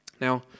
Now